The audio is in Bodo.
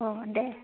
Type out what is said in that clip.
अह देह